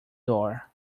door